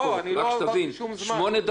אתה מדבר שמונה דקות.